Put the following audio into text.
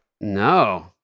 No